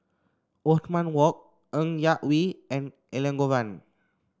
Othman Wok Ng Yak Whee and Elangovan